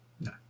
no